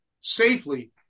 safely